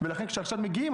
ולכן כאשר עכשיו מגיעים,